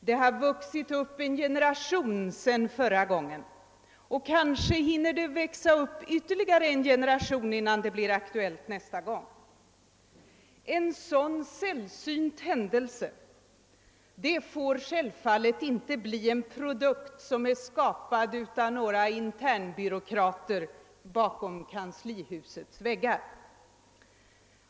Det har vuxit upp en ny generation sedan förra gången, och kanske hinner det växa upp ytterligare en generation innan det blir aktuellt nästa gång. En sådan sällsynt händelse får självfallet inte gälla en produkt som skapas av några internbyråkrater innanför kanslihusets väggar.